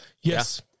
Yes